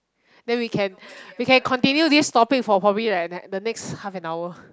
then we can we can continue this topic for probably like the the next half an hour